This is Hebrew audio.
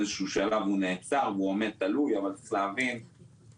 באיזשהו שלב הוא נעצר והוא עומד תלוי אבל צריך להבין שבעיני